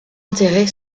enterrée